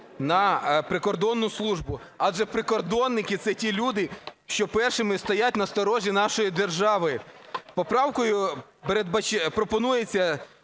на прикордонну службу, адже прикордонники – це ті люди, що першими стоять на сторожі нашої держави. Поправкою пропонується